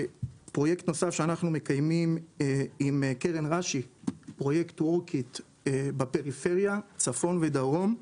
פרויקט נוסף שאנחנו מקיימים עם קרן רש"י בפריפריה צפון ודרום.